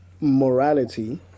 morality